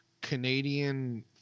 Canadian